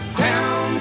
town